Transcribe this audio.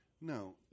No